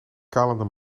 kalende